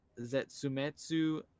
Zetsumetsu